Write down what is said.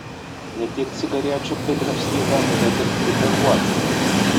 ne tik cigarečių pridrabstyta bet ir pripėduota